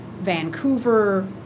Vancouver